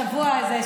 בשבוע הזה,